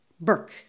Burke